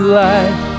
life